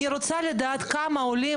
אני עו"ד מור אבלה,